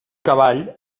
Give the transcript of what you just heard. cavall